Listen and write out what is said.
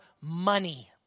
money